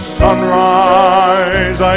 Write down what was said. sunrise